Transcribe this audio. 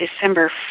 December